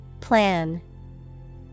Plan